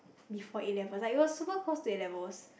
before A-levels like it was super close to A-levels